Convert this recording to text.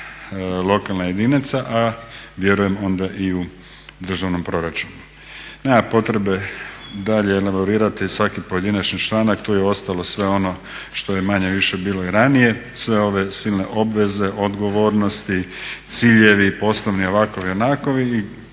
lokalnih jedinica, a vjerujem onda i u državnom proračunu. Nema potrebe dalje elaborirati svaki pojedinačni članak, tu je ostalo sve ono što je manje-više bilo i ranije, sve ove silne obveze, odgovornosti, ciljevi poslovni ovakovi, onakovi i